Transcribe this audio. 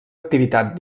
activitat